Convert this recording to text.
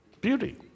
Beauty